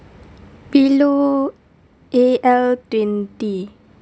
below A_L twenty